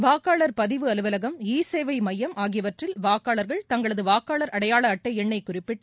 வாக்காளர் பதிவு அலுவலகம் ஈ சேவை மையம் ஆகியவற்றில் வாக்காளர்கள் தங்களது வாக்காளர் அடையாள அட்டை எண்ணை குறிப்பிட்டு